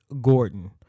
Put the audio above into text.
Gordon